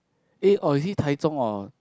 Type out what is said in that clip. eh or is it Taichung or